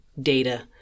data